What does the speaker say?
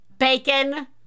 bacon